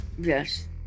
yes